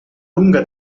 lunga